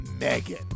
Megan